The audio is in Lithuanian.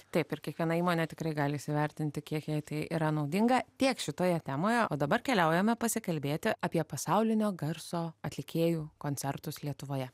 taip ir kiekviena įmonė tikrai gali įsivertinti kiek jai tai yra naudinga tiek šitoje temoje o dabar keliaujame pasikalbėti apie pasaulinio garso atlikėjų koncertus lietuvoje